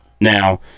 Now